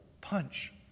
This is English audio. punch